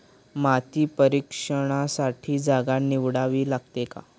माती परीक्षणासाठी जागा निवडावी लागते का?